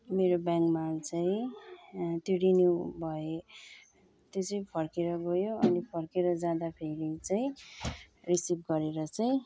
मेरो ब्याङ्कमा चाहिँ त्यो रिन्यू भए त्यो चाहिँ फर्केर गयो अनि फर्केर जाँदाखेरि चाहिँ रिसिभ गरेर चाहिँ